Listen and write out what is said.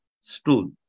stool